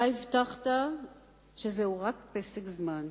אתה הבטחת שזה רק פסק זמן.